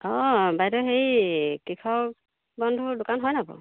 অঁ বাইদেউ হেৰি কৃষক বন্ধুৰ দোকান হয়নে বাৰু